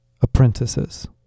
Apprentices